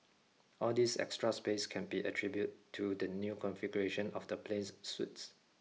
all this extra space can be attributed to the new configuration of the plane's suites